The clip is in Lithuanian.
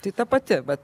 tai ta pati bet